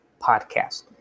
podcast